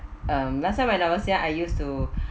uh last time when I was young I used to